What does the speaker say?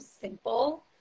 simple